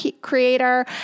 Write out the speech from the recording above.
creator